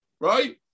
right